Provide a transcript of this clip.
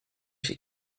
she